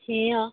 ए अँ